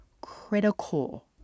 critical